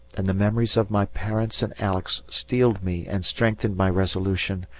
and the memories of my parents and alex steeled me and strengthened my resolution,